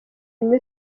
new